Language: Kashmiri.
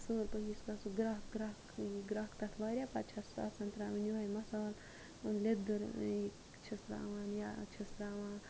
اصیٖل پٲٹھۍ ییس کالَس سُہ گرَیکھ گرَیکھ گرَیکھ یی واریاہ پَتہٕ چھُ آسان تراوٕنۍ یِہوے مَسال لیٚدٕر چھَس تراوٕنۍ یا چھِس تراوان